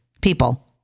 people